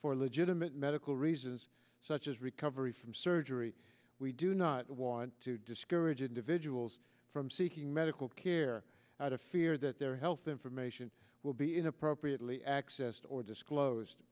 for legitimate medical reasons such as recovery from surgery we do not want to discourage individuals from seeking medical care out of fear that their health information will be in appropriately accessed or disclosed